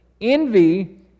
envy